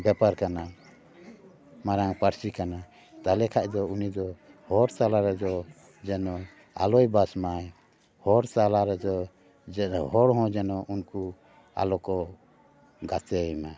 ᱵᱮᱯᱟᱨ ᱠᱟᱱᱟ ᱢᱟᱨᱟᱝ ᱯᱟᱹᱨᱥᱤ ᱠᱟᱱᱟ ᱛᱟᱦᱚᱠᱮ ᱠᱷᱟᱡ ᱫᱚ ᱩᱱᱤ ᱫᱚ ᱦᱚᱲ ᱛᱟᱞᱟ ᱨᱮᱫᱚ ᱡᱮᱱᱚ ᱟᱞᱚᱭ ᱵᱟᱥ ᱢᱟ ᱦᱚᱲ ᱛᱟᱞᱟ ᱨᱮᱫᱚ ᱡᱮᱱᱚ ᱦᱚᱲ ᱦᱚᱸ ᱡᱮᱱᱚ ᱩᱱᱠᱩ ᱟᱞᱚᱠᱚ ᱜᱟᱛᱮᱭᱮᱢᱟ